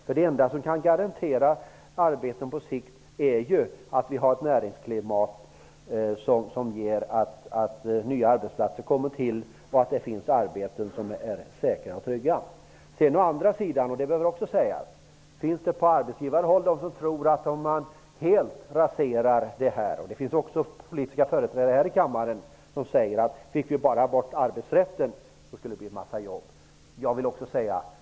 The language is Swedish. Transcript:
Det enda som på sikt kan garantera arbeten är ett näringsklimat som gör att nya arbetstillfällen kommer till och att det finns arbeten som är säkra och trygga. Å andra sidan bör sägas att det på arbetsgivarhåll och även bland politiska företrädare här i kammaren finns de som tror att en massa jobb skulle skapas om man bara fick bort arbetsrätten.